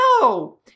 no